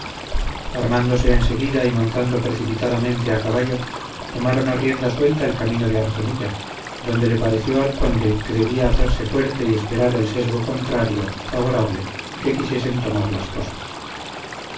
armándose en seguida y montando precipitadamente a caballo tomaron a rienda suelta el camino de arjonilla donde le pareció al conde que debía hacerse fuerte y esperar el sesgo contrario o favorable que quisiesen tomar las cosas